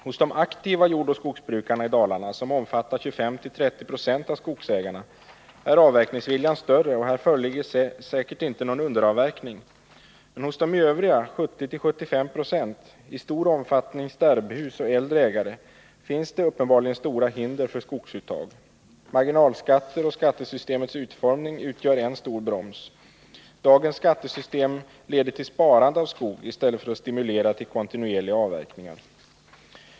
Bland de aktiva jordoch skogsbrukarna i Dalarna, som omfattar 25-30 2 av skogsägarna, är avverkningsviljan större och här föreligger säkert ingen underavverkning. Men bland de övriga 70-75 26, i stor omfattning sterbhus och äldre ägare, finns det uppenbarligen stora hinder för skogsuttag. Marginalskatter och skattesystemets utformning utgör en stor broms. Dagens skattesystem leder till sparande av skog i stället för till stimulans till kontinuerliga avverkningar.